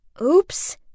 oops